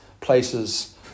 places